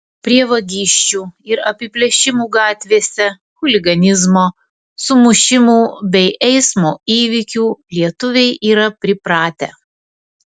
prie vagysčių ir apiplėšimų gatvėse chuliganizmo sumušimų bei eismo įvykių lietuviai yra pripratę